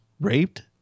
raped